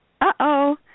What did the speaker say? Uh-oh